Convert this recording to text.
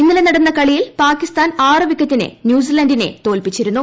ഇന്നലെ നടന്ന കളിയിൽ പാകിസ്ഥാൻ ആറ് വിക്കറ്റിന് ന്യൂസിലന്റിനെ തോൽപ്പിച്ചിരുന്നു